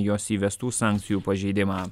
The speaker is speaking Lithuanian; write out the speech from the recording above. jos įvestų sankcijų pažeidimą